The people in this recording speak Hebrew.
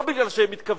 לא מפני שהם מתכוונים,